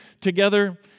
together